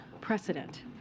precedent